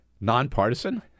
nonpartisan